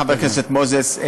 חבר הכנסת מוזס,